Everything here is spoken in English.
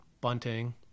bunting